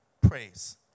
praise